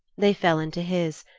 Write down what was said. they fell into his,